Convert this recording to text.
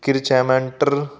ਕਿਰਚੈਮੈਂਟਰ